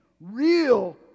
real